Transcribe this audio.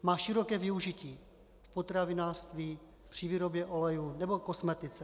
Má široké využití v potravinářství, při výrobě olejů nebo v kosmetice.